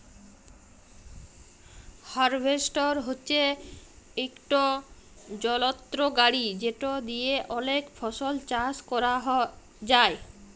harvester হছে ইকট যলত্র গাড়ি যেট দিঁয়ে অলেক ফসল চাষ ক্যরা যায়